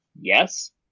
yes